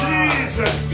Jesus